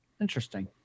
interesting